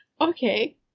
Okay